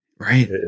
Right